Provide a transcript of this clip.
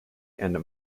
and